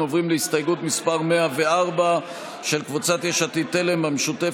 הסתייגויות מס' 54 עד 71 הוסרו.